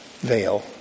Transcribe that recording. veil